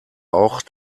auch